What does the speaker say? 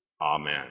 Amen